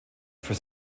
für